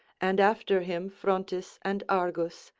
and after him phrontis and argus,